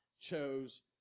chose